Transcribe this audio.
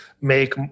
make